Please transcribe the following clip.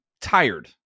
tired